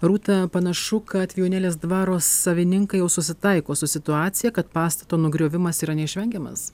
rūta panašu kad vijūnėlės dvaro savininkai jau susitaiko su situacija kad pastato nugriovimas yra neišvengiamas